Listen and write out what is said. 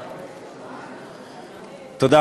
רבותי,